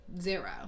zero